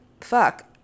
fuck